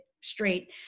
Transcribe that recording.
Straight